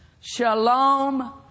shalom